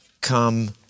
come